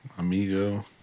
Amigo